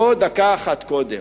בוא, דקה אחת קודם,